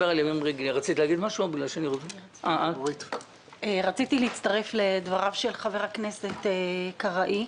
לא -- רציתי להצטרף לדבריו של חבר הכנסת קרעי.